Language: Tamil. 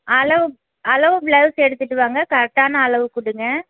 அளவு அளவு ப்லௌஸ் எடுத்துகிட்டு வாங்க கரெக்ட்டான அளவு கொடுங்க